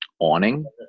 awning